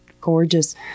gorgeous